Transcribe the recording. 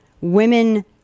women